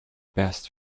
best